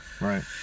Right